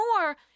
more